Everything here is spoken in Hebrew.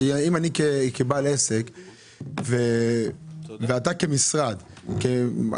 כי אני יכול לעבוד איתו ורק בסוף יתגלה לי שיכולתי